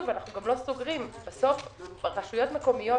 אנחנו גם לא סוגרים הרשויות המקומיות,